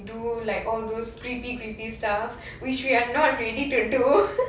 do like all those creepy creepy stuff which we are not ready to do